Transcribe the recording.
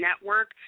network